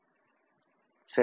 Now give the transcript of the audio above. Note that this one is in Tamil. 7 0